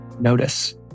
notice